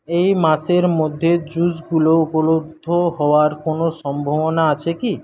এই মাসের মধ্যে জুসগুলো উপলব্ধ হওয়ার কোনো সম্ভাবনা আছে কি